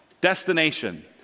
Destination